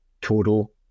total